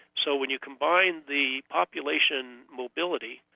so when you combine the population mobility,